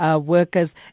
workers